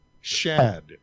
Shad